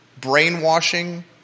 brainwashing